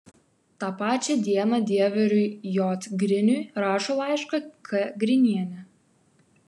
tą pačią dieną dieveriui j griniui rašo laišką k grinienė